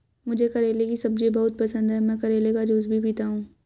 मुझे करेले की सब्जी बहुत पसंद है, मैं करेले का जूस भी पीता हूं